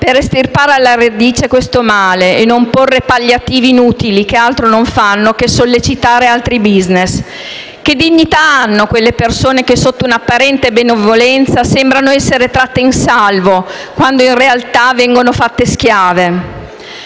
per estirpare alla radice questo male e non porre palliativi inutili, che altro non fanno che sollecitare altri *business.* Che dignità hanno quelle persone che, sotto un'apparente benevolenza, sembrano essere tratte in salvo quando in realtà vengono fatte schiave?